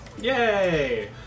Yay